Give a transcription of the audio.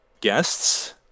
guests